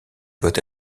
doit